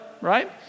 right